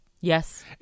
yes